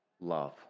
love